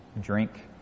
drink